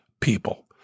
people